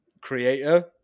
creator